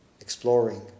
exploring